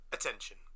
Attention